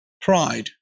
Pride